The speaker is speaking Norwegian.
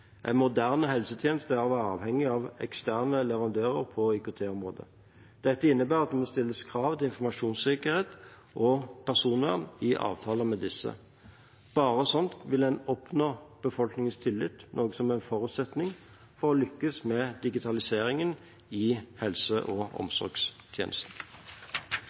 En moderne helsetjeneste er avhengig av eksterne leverandører på IKT-området. Det innebærer at det må stilles krav til informasjonssikkerhet og personvern i avtaler med disse. Bare slik vil en oppnå befolkningens tillit, noe som er en forutsetning for å lykkes med digitaliseringen i helse- og omsorgstjenesten.